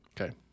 Okay